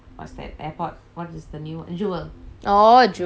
oh jewel jewel is so big